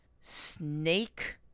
snake